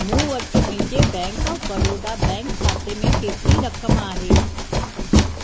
मूं वटि मुंहिंजे बैंक ऑफ बड़ौदा बैंक ख़ाते में केतिरी रक़म आहे